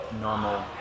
normal